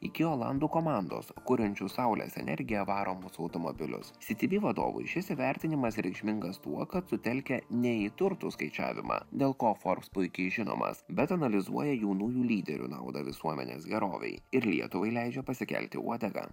iki olandų komandos kuriančių saulės energija varomus automobilius city bee vadovui šis įvertinimas reikšmingas tuo kad sutelkia ne į turto skaičiavimą dėl ko forbes puikiai žinomas bet analizuoja jaunųjų lyderių naudą visuomenės gerovei ir lietuvai leidžia pasikelti uodegą